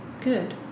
Good